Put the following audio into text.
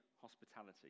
hospitality